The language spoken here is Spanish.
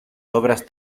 obras